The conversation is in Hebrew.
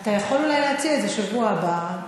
אתה יכול אולי להציע את זה בשבוע הבא,